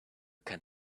can